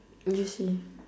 you just say